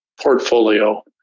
portfolio